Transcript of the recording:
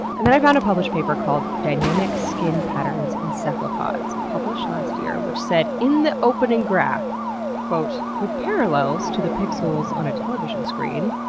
and then i found a published paper called dynamic skin patterns in cephalopods published last year, which said in the opening graph with parallels to the pixels on a television screen,